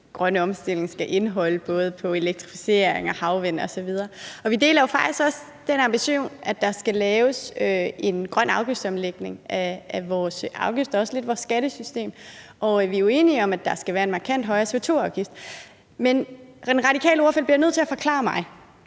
her grønne omstilling skal indeholde, både på elektrificering, havvind osv. Vi deler faktisk også den ambition, at der skal laves en grøn afgiftsomlægning af vores afgifter og også lidt af vores skattesystem, og vi er jo enige om, at der skal være en markant højere CO2-afgift. Men den radikale ordfører bliver nødt til at forklare mig